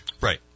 Right